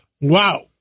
Wow